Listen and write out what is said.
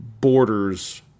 borders